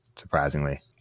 surprisingly